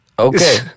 Okay